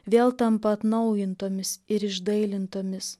vėl tampa atnaujintomis ir išdailintomis